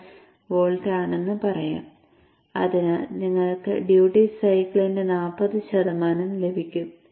1 volt ആണെന്ന് പറയാം അതിനാൽ നിങ്ങൾക്ക് ഡ്യൂട്ടി സൈക്കിളിന്റെ 40 ശതമാനം ലഭിക്കും